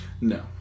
no